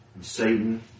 Satan